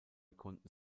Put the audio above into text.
konnten